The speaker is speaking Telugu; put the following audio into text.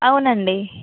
అవునండి